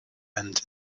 and